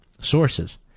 sources